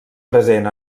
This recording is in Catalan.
present